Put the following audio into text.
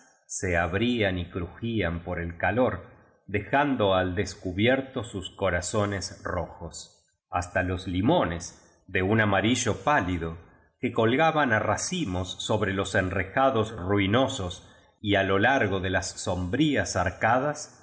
se abrían y crujían por el calor dejando al descu bierto sus corazones rojos hasta los limones de un amarillo pálido que colgaban racimos sobre los enrejados ruinosos y á lo largo de las sombrías arcadas